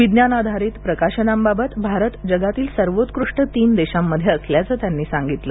विज्ञानाधारित प्रकाशनांबाबत भारत जगातील सर्वोत्कृष्ट तीन देशांमध्ये असल्याचं त्यांनी सांगितलं